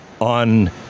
on